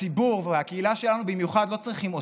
הציבור, והקהילה שלנו במיוחד, לא צריכים אותי.